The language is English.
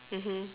mmhmm